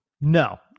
no